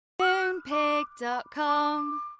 MoonPig.com